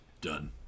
Done